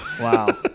Wow